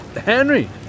Henry